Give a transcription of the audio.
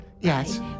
Yes